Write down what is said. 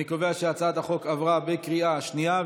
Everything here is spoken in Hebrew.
אני קובע שהצעת החוק עברה בקריאה שנייה.